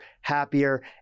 happier